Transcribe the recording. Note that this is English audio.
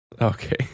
Okay